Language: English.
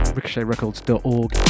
ricochetrecords.org